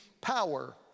power